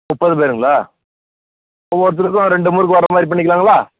முப்பது பேருங்களா ஒவ்வொருத்தருக்கும் ஒரு ரெண்டு முறுக்கு வர மாதிரி பண்ணிக்கலாம்ங்களா